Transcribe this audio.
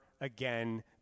again